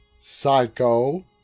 Psycho